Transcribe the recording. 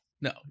no